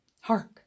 Hark